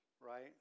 right